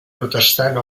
protestant